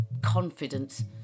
confidence